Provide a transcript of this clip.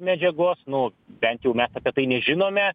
medžiagos nu bent jau mes apie tai nežinome